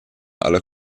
alla